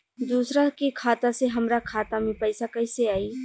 दूसरा के खाता से हमरा खाता में पैसा कैसे आई?